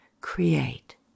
Create